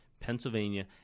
Pennsylvania